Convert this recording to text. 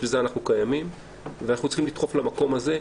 בשביל זה אנחנו קיימים ואנחנו צריכים לדחוף לכיוון הזה,